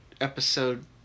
episode